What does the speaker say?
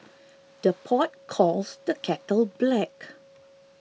the pot calls the kettle black